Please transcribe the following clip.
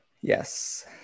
Yes